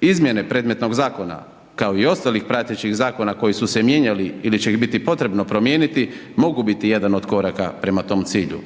Izmjene predmetnog zakona kao i ostalih pratećih zakona koji su se mijenjali ili će ih biti potrebno promijeniti mogu biti jedan od koraka prema tom cilju.